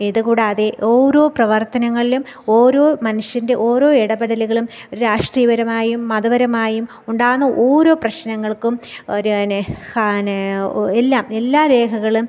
ഇതുകൂടാതെ ഓരോ പ്രവർത്തനങ്ങളിലും ഓരോ മനുഷ്യൻ്റെ ഓരോ ഇടപെടലുകളും രാഷ്ട്രീയപരമായും മതപരമായും ഉണ്ടാകുന്ന ഓരോ പ്രശ്നങ്ങൾക്കും അവർ അതിനെ അതിനെ എല്ലാം എല്ലാ രേഹകളും